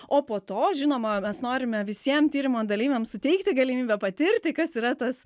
o po to žinoma mes norime visiem tyrimo dalyviam suteikti galimybę patirti kas yra tas